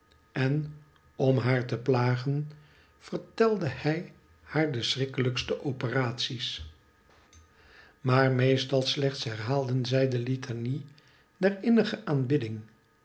en om haar te plagen vertelde hij haar de schriklijkste operaties maar meestal slechts hcrhaalden zij de litanie der innige aanbidding